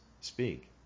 speak